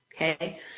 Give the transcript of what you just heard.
Okay